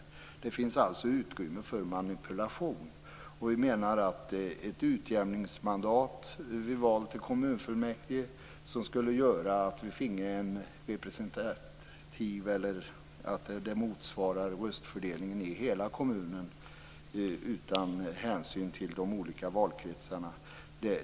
Det finns alltså utrymme för manipulation. Vi menar att ett utjämningsmandat vid val till kommunfullmäktige skulle göra att det blev en fördelning som motsvarade röstfördelningen i hela kommunen utan hänsyn till de olika valkretsarna.